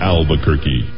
Albuquerque